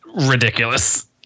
ridiculous